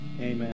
amen